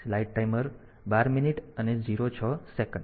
તો આ 8051 અચાનક શા માટે આવી ગયું